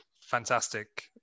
fantastic